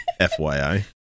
FYI